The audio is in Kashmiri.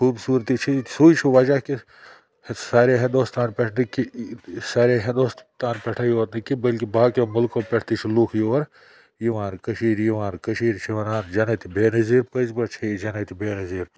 خوٗبصوٗرتی چھِ سُے چھُ وجہ کہِ سارے ہِنٛدُستان پٮ۪ٹھ نہٕ کہ سارے ہِنٛدُستان پٮ۪ٹھَے یوت نہٕ کیٚنٛہہ بلکہِ باقٕیو مُلکو پٮ۪ٹھ تہِ چھِ لُکھ یور یِوان کٔشیٖر یِوان کٔشیٖر چھِ وَنان جنتِ بے نظیٖر پٔزۍ پٲٹھۍ چھِ یہِ جنتِ بے نظیٖر